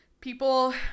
People